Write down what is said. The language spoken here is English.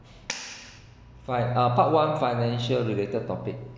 fi~ uh part one financial related topic